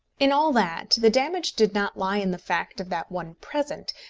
in all that the damage did not lie in the fact of that one present,